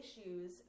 issues